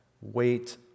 Wait